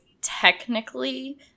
technically